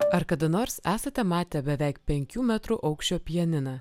ar kada nors esate matę beveik penkių metrų aukščio pianiną